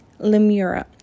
Lemura